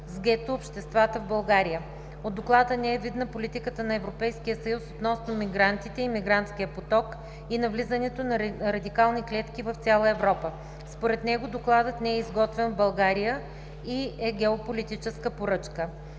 с гето обществата в България. От Доклада не е видна политиката на Европейския съюз относно мигрантите и мигрантския поток и навлизането на радикални клетки в цяла Европа. Според него Докладът не е изготвен в България и е геополитическа поръчка.